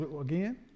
again